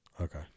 Okay